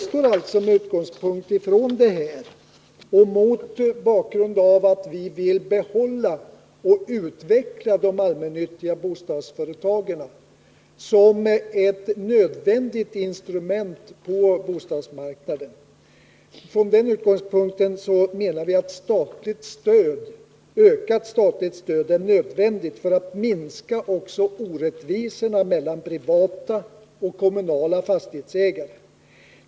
Med denna utgångspunkt och mot bakgrund av att vi vill behålla och utveckla de allmännyttiga bostadsföretagen som ett nödvändigt instrument på bostadsmarknaden anser vi att också ett ökat statligt stöd är nödvändigt. Det är nödvändigt för att minska orättvisorna mellan privata och kommunala fastighetsägare.